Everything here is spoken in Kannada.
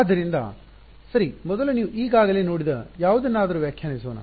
ಆದ್ದರಿಂದ ಸರಿ ಮೊದಲು ನೀವು ಈಗಾಗಲೇ ನೋಡಿದ ಯಾವುದನ್ನಾದರೂ ವ್ಯಾಖ್ಯಾನಿಸೋಣ